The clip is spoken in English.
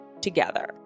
together